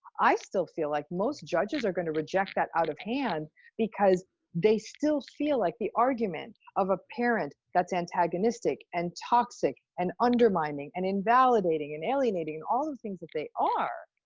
i still feel like most judges are going to reject that out of hand because they still feel like the argument of a parent that's antagonistic and toxic and undermining and invalidating and alienating, all of the things that they are,